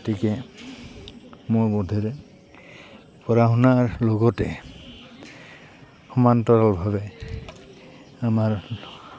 গতিকে মোৰ বোধেৰে পঢ়া শুনাৰ লগতে সমান্তৰালভাৱে আমাৰ